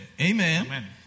amen